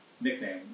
nickname